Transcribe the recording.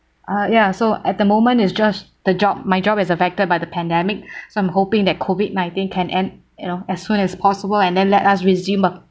uh ya so at the moment it's just the job my job is affected by the pandemic so I'm hoping that COVID-nineteen can end you know as soon as possible and then let us resume up